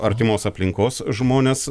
artimos aplinkos žmones